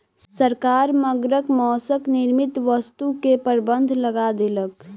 सरकार मगरक मौसक निर्मित वस्तु के प्रबंध लगा देलक